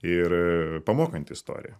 ir pamokanti istorija